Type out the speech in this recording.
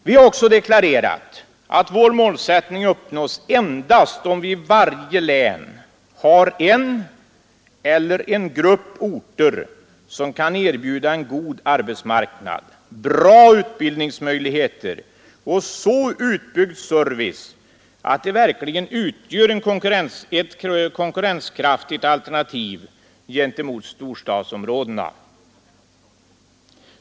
Vi har också deklarerat att vår målsättning uppnås endast om vi i varje län har en ort eller en grupp orter som kan erbjuda en god arbetsmarknad, bra utbildningsmöjligheter och så utbyggd service, att de verkligen utgör ett konkurrenskraftigt alternativ gentemot storstadsområdena.